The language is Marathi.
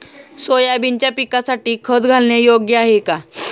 सोयाबीनच्या पिकासाठी खत घालणे योग्य आहे का?